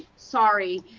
sorry.